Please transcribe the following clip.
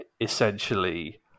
essentially